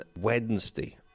Wednesday